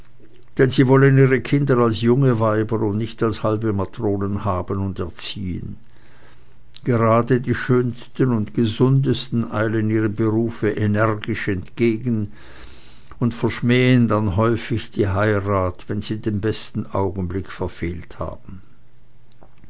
denn sie wollen ihre kinder als junge weiber und nicht als halbe matronen haben und erziehen gerade die schönsten und gesundesten eilen ihrem berufe energisch entgegen und verschmähen dann häufig die heirat wenn sie den besten augenblick verfehlt haben